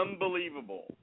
unbelievable